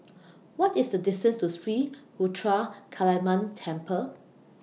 What IS The distance to Sri Ruthra Kaliamman Temple